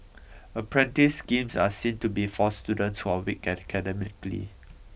apprentice schemes are seen to be for students who are weak academically